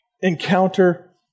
encounter